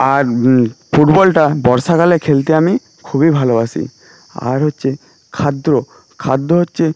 আর ফুটবলটা বর্ষাকালে খেলতে আমি খুবই ভালোবাসি আর হচ্চে খাদ্য খাদ্য হচ্চে